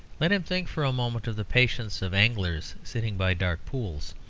let him think for a moment of the patience of anglers sitting by dark pools,